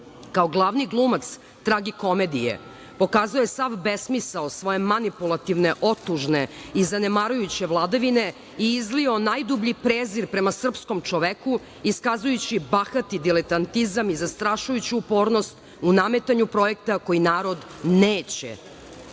Kao glavni glumac tragikomedije, pokazuje sav besmisao svoje manipulativne otužne i zanemarujuće vladavine i izlio najdublji prezir prema srpskom čoveku, iskazujući bahati diletantizam i zastrašujuću upornost u nametanju projekta koji narod